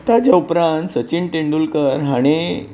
ताज्या उपरांत सचिन तेंडूलकर हाणी